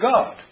God